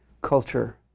culture